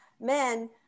men